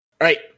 right